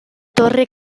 torre